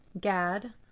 gad